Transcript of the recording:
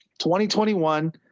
2021